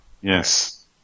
Yes